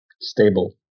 Stable